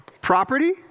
property